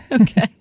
Okay